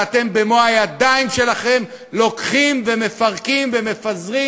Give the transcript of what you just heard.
שאתם במו-ידיכם לוקחים ומפרקים ומפזרים